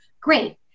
Great